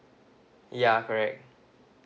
ya correct